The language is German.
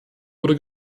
wurde